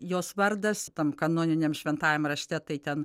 jos vardas tam kanoniniam šventajam rašte tai ten